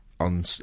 On